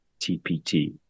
TPT